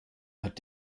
hat